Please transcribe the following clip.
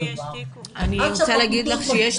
עד שהפרקליטות --- אני רוצה להגיד לך שיש